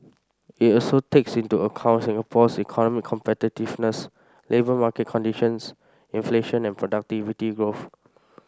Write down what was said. it also takes into account Singapore's economic competitiveness labour market conditions inflation and productivity growth